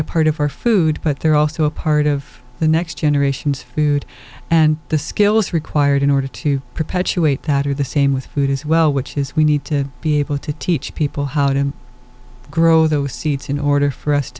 part of our food but they're also a part of the next generation's food and the skills required in order to perpetuate that are the same with food as well which is we need to be able to teach people how to grow those seeds in order for us to